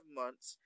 months